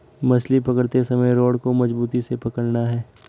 मछली पकड़ते समय रॉड को मजबूती से पकड़ना है